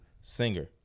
singer